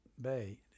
Bay